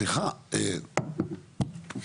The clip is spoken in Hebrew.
סתם,